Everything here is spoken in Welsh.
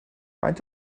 faint